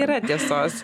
yra tiesos